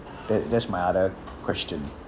that that's my other question